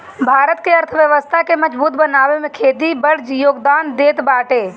भारत के अर्थव्यवस्था के मजबूत बनावे में खेती के बड़ जोगदान बाटे